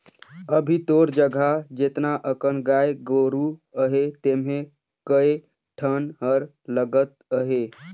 अभी तोर जघा जेतना अकन गाय गोरु अहे तेम्हे कए ठन हर लगत अहे